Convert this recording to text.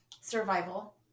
survival